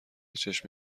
چشم